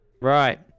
right